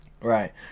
right